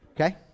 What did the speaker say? Okay